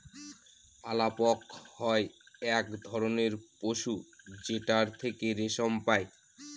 আলাপক হয় এক ধরনের পশু যেটার থেকে রেশম পাই